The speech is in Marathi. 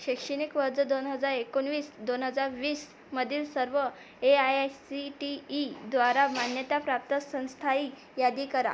शैक्षणिक दोन हजार एकोणवीस दोन हजार वीसमधील सर्व A I S C T ईद्वारा मान्यताप्राप्त संस्थांची यादी करा